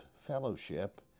fellowship